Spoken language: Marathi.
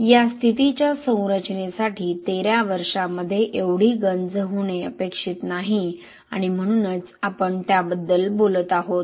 या स्थितीच्या संरचनेसाठी 13 वर्षांमध्ये एवढी गंज होणे अपेक्षित नाही आणि म्हणूनच आपण त्याबद्दल बोलत आहोत